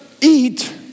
eat